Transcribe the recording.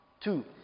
Two